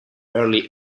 early